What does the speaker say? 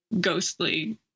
ghostly